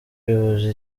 bivuze